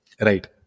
Right